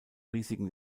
risiken